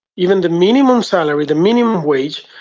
even the minimum salary, the minimum wage,